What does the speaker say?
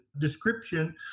description